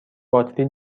باتری